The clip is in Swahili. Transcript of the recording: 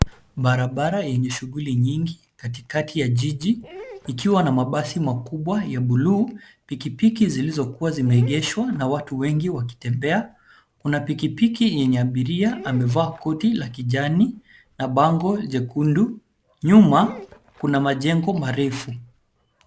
Barabara yenye shughuli nyingi katika ya jiji ikiwa na mabasi makubwa ya buluu, pikipiki zilizokuwa zimeegeshwa na watu wengi wakitembea . Kuna pikipiki yenye abiria amevaa koti la kijani na bango jekundu. Nyuma kuna majengo marefu.